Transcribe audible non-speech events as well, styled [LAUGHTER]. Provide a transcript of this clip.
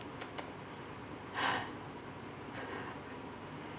[BREATH]